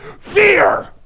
fear